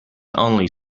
only